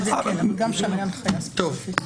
כן, אבל גם שם הייתה הנחייה ספציפית.